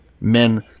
men